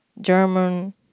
German